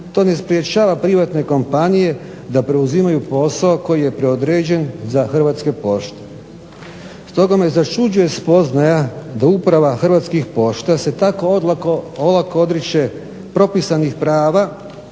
to ne sprečava privatne kompanije da preuzimaju posao koji je predodređen za Hrvatske pošte. Stoga me začuđuje spoznaja da uprava Hrvatskih pošta se tako olako odriče propisanih prava